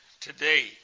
today